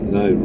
no